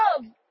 love